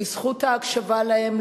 בזכות ההקשבה להם,